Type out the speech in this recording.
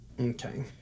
Okay